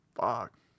Fuck